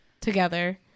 together